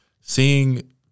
seeing